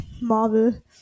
Marvel